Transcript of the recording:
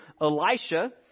Elisha